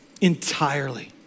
Entirely